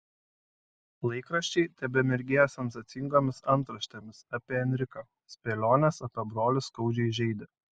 laikraščiai tebemirgėjo sensacingomis antraštėmis apie enriką spėlionės apie brolį skaudžiai žeidė